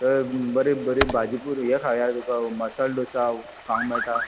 थंय बरी बरी भाजी पुरी हें खावया तुका मसाल डोसा खावंक मेळटा